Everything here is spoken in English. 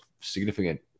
significant